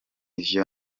vyo